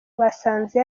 basanze